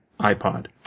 iPod